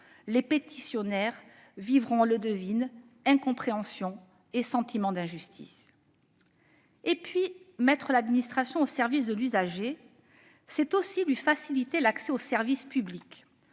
quant à eux, on le devine, incompréhension et sentiment d'injustice. Mettre l'administration au service de l'usager, c'est aussi faciliter l'accès aux services publics,